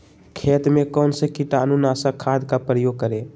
खेत में कौन से कीटाणु नाशक खाद का प्रयोग करें?